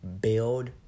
build